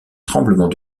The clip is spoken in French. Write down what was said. tremblement